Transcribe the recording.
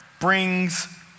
brings